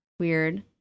weird